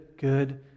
good